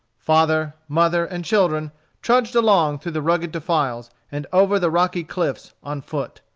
father, mother, and children trudged along through the rugged defiles and over the rocky cliffs, on foot.